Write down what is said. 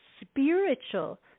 spiritual